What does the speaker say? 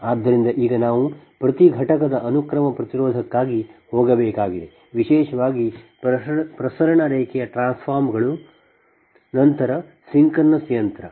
ಆದ್ದರಿಂದ ಈಗ ನಾವು ಪ್ರತಿ ಘಟಕದ ಅನುಕ್ರಮ ಪ್ರತಿರೋಧಕ್ಕಾಗಿ ಹೋಗಬೇಕಾಗಿದೆ ವಿಶೇಷವಾಗಿ ಪ್ರಸರಣ ರೇಖೆಯ ಟ್ರಾನ್ಸ್ಫಾರ್ಮರ್ಗಳು ನಂತರ ಸಿಂಕ್ರೊನಸ್ ಯಂತ್ರ